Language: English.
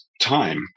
time